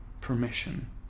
permission